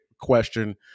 question